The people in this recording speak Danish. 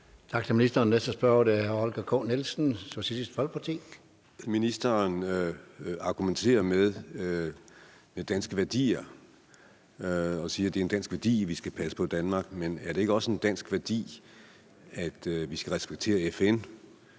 Tak til ministeren. Den næste spørger er hr. Holger K. Nielsen, Socialistisk Folkeparti. Kl. 17:17 Holger K. Nielsen (SF): Ministeren argumenterer med danske værdier og siger, at det er en dansk værdi, at vi skal passe på Danmark. Men er det ikke også en dansk værdi, at vi skal respektere FN?